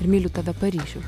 ir myliu tave paryžiau